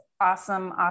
awesome